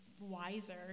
Wiser